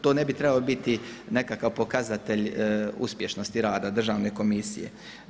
To ne bi trebao biti nekakav pokazatelj uspješnosti rada Državne komisije.